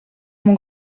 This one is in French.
mon